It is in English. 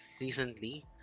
recently